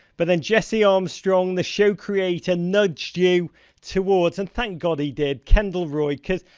but then jesse armstrong, the show creator, nudged you towards and thank god he did kendall roy, cause,